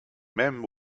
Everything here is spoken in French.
même